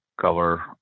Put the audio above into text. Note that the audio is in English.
cover